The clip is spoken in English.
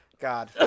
God